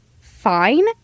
fine